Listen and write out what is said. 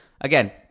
again